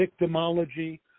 victimology